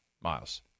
Miles